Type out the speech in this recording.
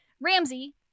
Ramsey